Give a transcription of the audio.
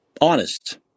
honest